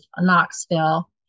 Knoxville